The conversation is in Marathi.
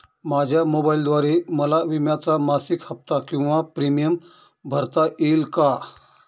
माझ्या मोबाईलद्वारे मला विम्याचा मासिक हफ्ता किंवा प्रीमियम भरता येईल का?